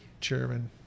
chairman